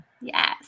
Yes